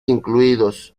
incluidos